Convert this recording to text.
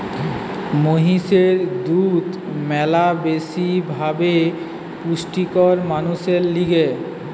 মহিষের দুধ ম্যালা বেশি ভাবে পুষ্টিকর মানুষের লিগে